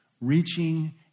Reaching